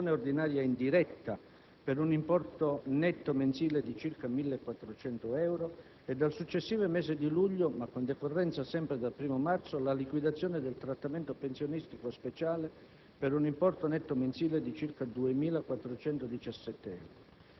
ha corrisposto, a decorrere dal 1° marzo 2007, la pensione ordinaria indiretta (per un importo netto mensile di circa 1.400 euro) e, dal successivo mese di luglio, ma con decorrenza sempre dal 1° marzo, la liquidazione del trattamento pensionistico speciale